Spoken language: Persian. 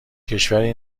کشوری